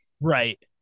Right